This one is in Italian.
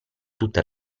tutta